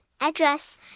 address